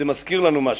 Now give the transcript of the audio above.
זה מזכיר לנו משהו.